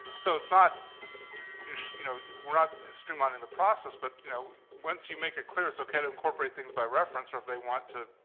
so it's not you know, we're not streamlining the process but, you know, once you make it clear it's ok to incorporate things by reference or if they want to,